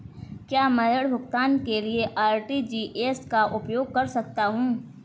क्या मैं ऋण भुगतान के लिए आर.टी.जी.एस का उपयोग कर सकता हूँ?